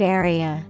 area